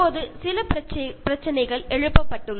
ഇവിടെ ചില ചോദ്യങ്ങൾ ഉയരുന്നുണ്ട്